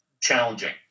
challenging